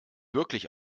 wirklich